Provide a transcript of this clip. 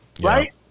right